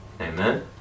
Amen